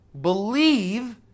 believe